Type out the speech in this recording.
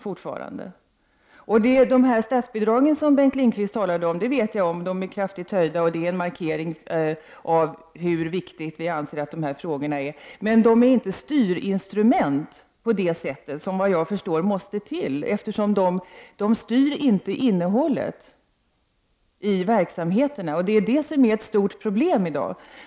Bengt Lindqvist talade också om statsbidragen, och jag känner till att de har höjts kraftigt, att det är en markering av hur viktiga vi anser dessa frågor vara. Men statsbidragen är inte styrinstrument av det slag som efter vad jag förstår måste till, de styr inte innehållet i verksamheterna. Detta är ett stort problem i dag.